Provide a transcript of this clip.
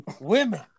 women